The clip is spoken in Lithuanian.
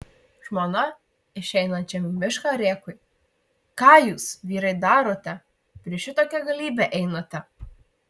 žmona išeinančiam į mišką rėkui ką jūs vyrai darote prieš šitokią galybę einate